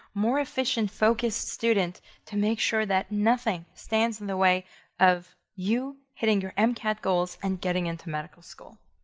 more efficient, focused student to make sure that nothing stands in the way of you hitting your mcat goals and getting into medical school.